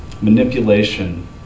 manipulation